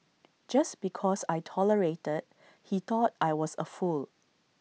just because I tolerated he thought I was A fool